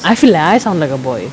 I feel like I sound like a boy